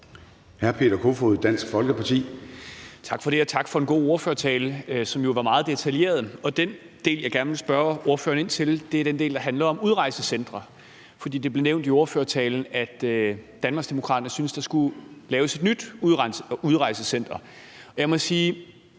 Peter Kofod (DF): Tak for det, og tak for en god ordførertale, som jo var meget detaljeret. Den del, jeg gerne vil spørge ordføreren ind til, er den del, der handler om udrejsecentre. For det blev nævnt i ordførertalen, at Danmarksdemokraterne synes, at der skal laves et nyt udrejsecenter. Jeg må sige,